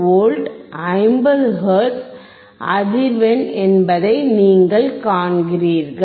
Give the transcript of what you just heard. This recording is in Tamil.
68 V 50 ஹெர்ட்ஸ் அதிர்வெண் என்பதை நீங்கள் காண்கிறீர்கள்